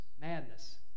madness